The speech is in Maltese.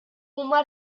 huma